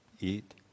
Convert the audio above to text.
eat